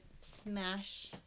smash